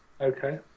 Okay